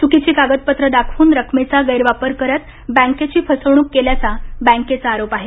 चुकीची कागदपत्र दाखवून रकमेचा गैरवापर करत बँकेची फसवणूक केल्याचा बँकेचा आरोप आहे